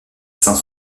saint